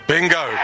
Bingo